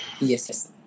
Yes